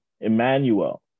Emmanuel